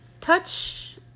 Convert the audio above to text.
touch